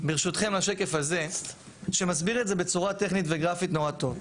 ברשותכם לשקף הזה שמסביר את זה בצורה טכנית וגרפית נורא טוב.